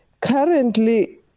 Currently